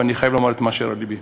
ואני חייב לומר את אשר על לבי.